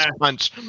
Punch